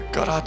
God